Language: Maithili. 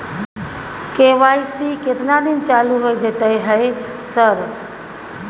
के.वाई.सी केतना दिन चालू होय जेतै है सर?